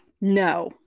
No